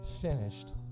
Finished